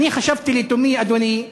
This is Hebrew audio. ואני חשבתי לתומי, אדוני,